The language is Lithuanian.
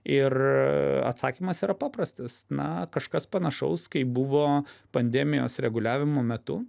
ir atsakymas yra paprastas na kažkas panašaus kai buvo pandemijos reguliavimo metu